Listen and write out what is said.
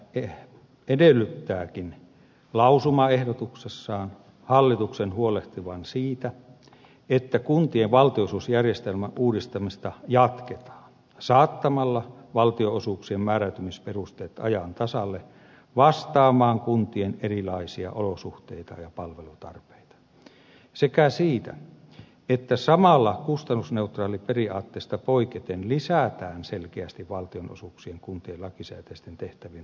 valiokunta edellyttääkin lausumaehdotuksessaan hallituksen huolehtivan siitä että kuntien valtionosuusjärjestelmän uudistamista jatketaan saattamalla valtionosuuksien määräytymisperusteet ajan tasalle vastaamaan kuntien erilaisia olosuhteita ja palvelutarpeita sekä siitä että samalla kustannusneutraaliperiaatteesta poiketen lisätään selkeästi valtionosuuksia kuntien lakisääteisten tehtävien turvaamiseksi